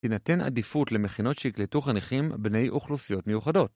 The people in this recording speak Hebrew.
‫תינתן עדיפות למכינות שיקלטו חניכים בני אוכלוסיות מיוחדות.